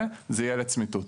זה משפיע על חלף היטל השבחה,